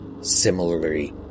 similarly